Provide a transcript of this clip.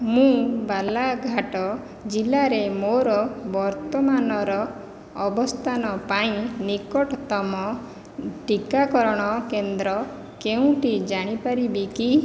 ମୁଁ ବାଲାଘାଟ ଜିଲ୍ଲାରେ ମୋର ବର୍ତ୍ତମାନର ଅବସ୍ଥାନ ପାଇଁ ନିକଟତମ ଟୀକାକରଣ କେନ୍ଦ୍ର କେଉଁଟି ଜାଣିପାରିବି କି